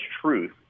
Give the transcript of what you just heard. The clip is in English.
truth